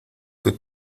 que